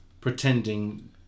pretending